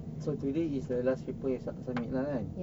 so today is the last paper you sub~ submit lah kan